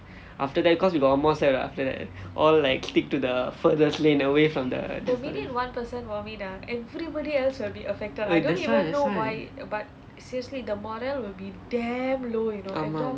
after that cause we got one more set what after that all like stick to the furthest lane away from the